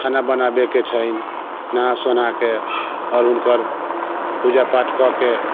खाना बनाबैके छै नहा सोनाके आओर हुनकर पूजा पाठ कऽ कऽ